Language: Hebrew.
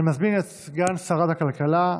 אני מזמין את סגן שרת הכלכלה,